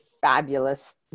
fabulous